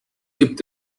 gibt